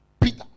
Peter